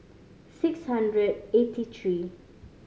six hundred eighty three